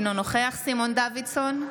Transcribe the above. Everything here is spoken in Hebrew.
אינו נוכח סימון דוידסון,